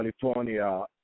California